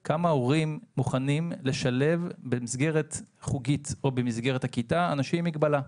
עד כמה הורים מוכנים לשלב במסגרת חוגית או במסגרת הכיתה אנשים עם מגבלה?